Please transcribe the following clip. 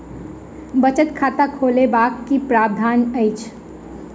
बचत खाता खोलेबाक की प्रावधान अछि?